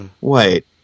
Wait